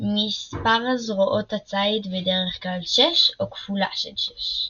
מספר זרועות הציד בדרך-כלל שש, או כפולה של שש.